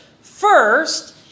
first